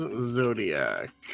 Zodiac